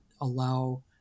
allow